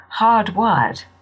hardwired